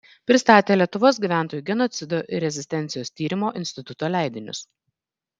pristatė lietuvos gyventojų genocido ir rezistencijos tyrimo instituto leidinius